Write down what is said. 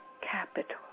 capital